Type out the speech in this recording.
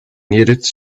needed